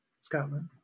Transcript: Scotland